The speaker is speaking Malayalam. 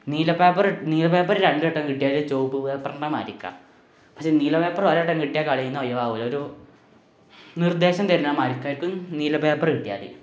നീല പേപ്പർ നീല പേപ്പർ രണ്ട് വട്ടം കിട്ടിയാൽ ചുവപ്പ് പേപ്പറിനെ മാതിരിക്കാണ് പക്ഷേ നീല പേപ്പർ ഒരുവട്ടം കിട്ടിയാൽ കളിയിൽനിന്ന് ഒഴിവാവില്ല ഒരു നിർദ്ദേശം തരുന്ന മാതിരിക്കായിരിക്കും നീല പേപ്പർ കിട്ടിയാൽ